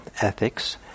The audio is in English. ethics